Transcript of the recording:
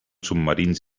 submarins